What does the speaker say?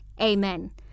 Amen